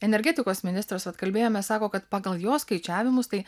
energetikos ministras vat kalbėjome sako kad pagal jo skaičiavimus tai